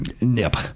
nip